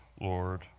Lord